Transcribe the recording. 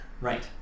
Right